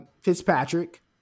Fitzpatrick